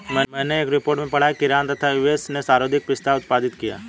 मैनें एक रिपोर्ट में पढ़ा की ईरान तथा यू.एस.ए ने सर्वाधिक पिस्ता उत्पादित किया